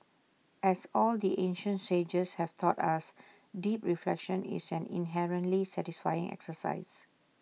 as all the ancient sages have taught us deep reflection is an inherently satisfying exercise